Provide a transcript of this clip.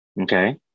Okay